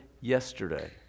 yesterday